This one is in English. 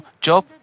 Job